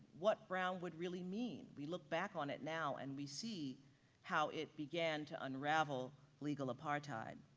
what brown would really mean, we look back on it now and we see how it began to unravel legal apartheid.